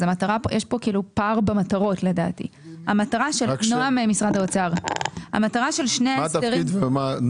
אז המטרה יש פה כאילו פער במטרות לדעתי -- מה התפקיד ומה השם,